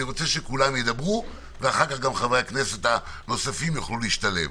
אני רוצה שכולם ידברו ואז גם חברי הכנסת הנוספים יוכלו להשתלב.